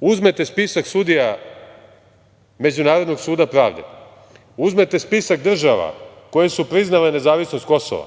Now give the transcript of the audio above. Uzmete spisak sudija Međunarodnog suda pravde, uzmete spisak država koje su priznale nezavisnost Kosova,